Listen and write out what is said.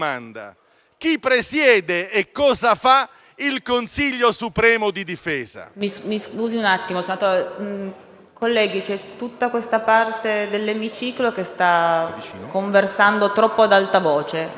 chi presiede e cosa fa il Consiglio supremo di difesa?